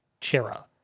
Chera